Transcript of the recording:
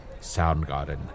Soundgarden